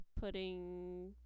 putting